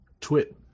twit